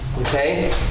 okay